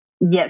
Yes